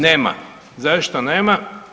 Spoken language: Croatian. Nema, zašto nema?